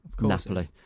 Napoli